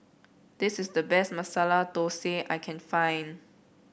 this is the best Masala Dosa I can find